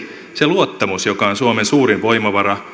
se luottamus joka on suomen suurin voimavara